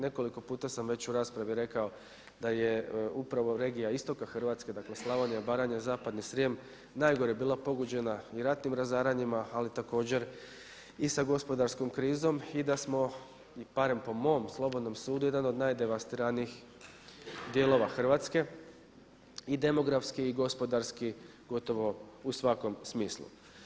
Nekoliko puta sam već u raspravi rekao da je upravo regija istoka Hrvatska, dakle Slavonija, Baranja, Zapadni Srijem najgore bila pogođena i ratnim razaranjima ali također i sa gospodarskom krizom i da smo, barem po mom slobodnom sudu jedan od najdevastiranijih dijelova Hrvatske i demografski i gospodarski gotovo u svakom smislu.